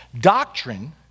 doctrine